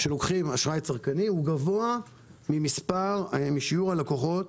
שלוקחים אשראי צרכני הוא גבוה משיעור הלקוחות